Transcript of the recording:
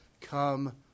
come